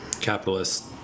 capitalist